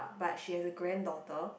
but she has a granddaughter